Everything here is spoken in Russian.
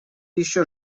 еще